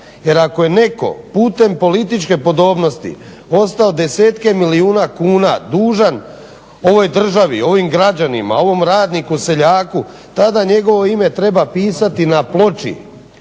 Jer ako je netko putem političke podobnosti ostao desetke milijuna kuna dužan ovoj državi, ovim građanima, ovom radniku, seljaku tada njegovo ime treba pisati na ploči